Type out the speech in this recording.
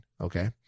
okay